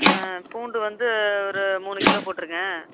ஆ பூண்டு வந்து ஒரு மூணு கிலோ போட்டுருங்க